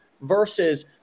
versus